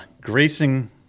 gracing